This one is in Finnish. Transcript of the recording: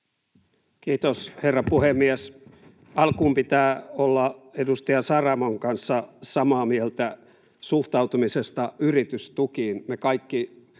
Kiitos, herra puhemies! Alkuun pitää olla edustaja Saramon kanssa samaa mieltä suhtautumisesta yritystukiin.